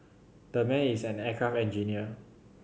the man is an aircraft engineer